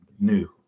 new